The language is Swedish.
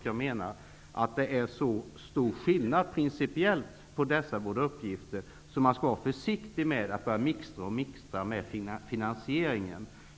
Jag menar att det är så stor principiell skillnad mellan dessa båda uppgifter att man skall vara försiktig med att börja mixtra med finansieringen.